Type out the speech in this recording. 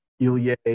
Ilya